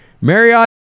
Marriott